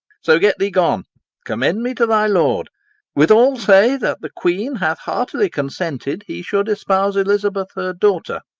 so, get thee gone commend me to thy lord withal say that the queen hath heartily consented he should espouse elizabeth her daughter.